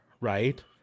right